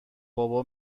بابا